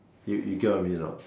you you get what I mean or not